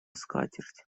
скатерть